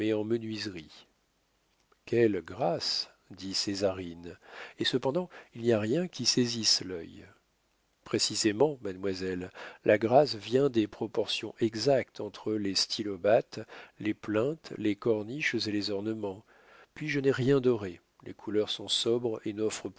menuiserie quelle grâce dit césarine et cependant il n'y a rien qui saisisse l'œil précisément mademoiselle la grâce vient des proportions exactes entre les stylobates les plinthes les corniches et les ornements puis je n'ai rien doré les couleurs sont sobres et